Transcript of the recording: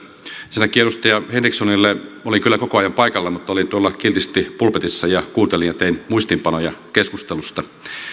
ensinnäkin edustaja henrikssonille olin kyllä koko ajan paikalla mutta olin tuolla kiltisti pulpetissa ja kuuntelin ja tein muistiinpanoja keskustelusta